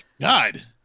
God